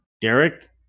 Derek